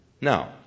Now